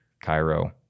Cairo